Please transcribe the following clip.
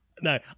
No